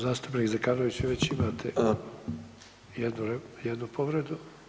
Zastupnik Zekanović već imate jednu povredu.